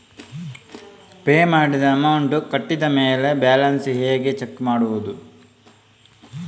Pay ಮಾಡಿದ amount ಕಟ್ಟಿದ ಮೇಲೆ ಬ್ಯಾಲೆನ್ಸ್ ಹೇಗೆ ಚೆಕ್ ಮಾಡುವುದು?